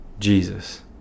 jesus